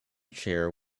chair